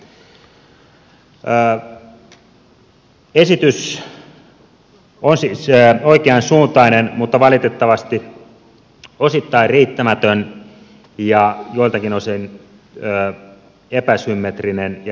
esitys on siis oikeansuuntainen mutta valitettavasti osittain riittämätön ja joiltakin osin epäsymmetrinen ja ristiriitainen